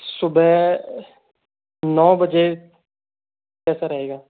सुबह नौ बजे कैसा रहेगा